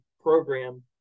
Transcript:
program